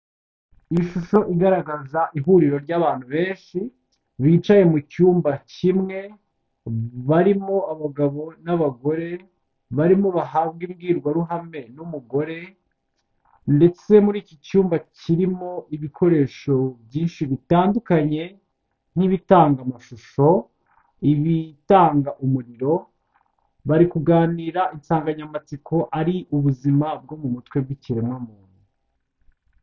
Ishusho igaragaza ihuriro ry'abantu benshi bicaye mucyumba kimwe, barimo abagabo n'abagore, barimo bahabwa imbwirwaruhame n'umugore, ndetse muri iki cyumba kirimo ibikoresho byinshi bitandukanye, nk'ibitanga amashusho, ibitanga umuriro, bari kuganira insanganyamatsiko ari ubuzima bwo mu mutwe bw'ikiremwamuntu.